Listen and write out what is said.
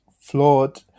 flawed